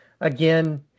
Again